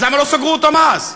אז למה לא סגרו אותן אז?